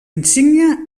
insígnia